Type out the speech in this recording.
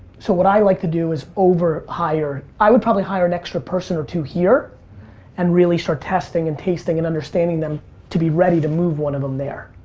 so what i like to do is over hire. i would probably hire an extra person or two here and really start testing and tasting and understanding them to be ready to move one of em there.